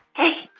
hey,